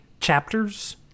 chapters